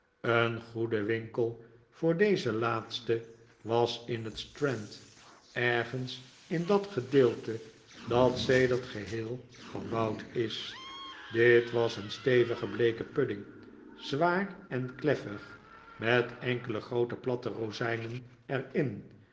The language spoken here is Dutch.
een goede winkel voor dezen laatsten was in het strand ergens in dat gedeelte dat sedert geheel verbouwd is dit was een stevige bleeke pudding zwaar en kleffig met enkele groote platte rozijnen er